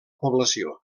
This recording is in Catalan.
població